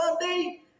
Sunday